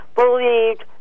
believed